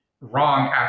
wrong